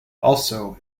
also